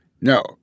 No